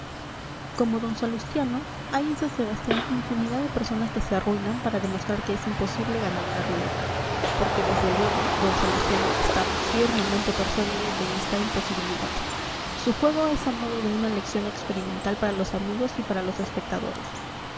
como d salustiano hay en san sebastián infinidad de personas que se arruinan para demostrar que es imposible ganar a la ruleta porque desde luego d salustiano está firmemente persuadido de esta imposibilidad su juego es a modo de una lección experimental para los amigos y para los espectadores